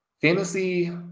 fantasy